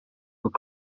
were